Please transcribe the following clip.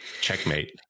checkmate